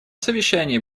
совещании